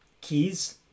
keys